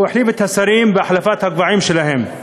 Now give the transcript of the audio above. והחליף שרים בהחלפת הגבהים שלהם.